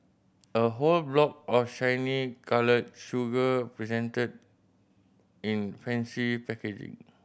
a whole block of shiny coloured sugar presented in fancy packaging